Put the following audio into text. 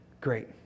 Great